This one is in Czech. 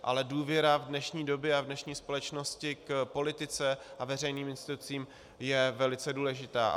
Ale důvěra v dnešní době a v dnešní společnosti k politice a veřejným institucím je velice důležitá.